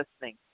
listening